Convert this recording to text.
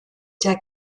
der